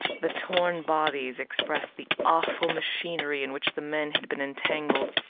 the torn bodies expressed the awful machinery in which the men had been entangled.